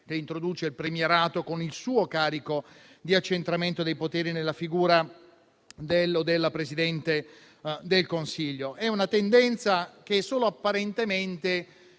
che introduce il premierato, con il suo carico di accentramento dei poteri nella figura del o della Presidente del Consiglio. È una tendenza solo apparentemente